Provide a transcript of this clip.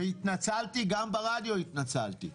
והתנצלתי, גם ברדיו התנצלתי.